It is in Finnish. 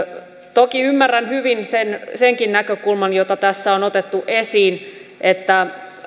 toki ymmärrän hyvin senkin näkökulman jota tässä on otettu esiin että